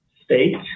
state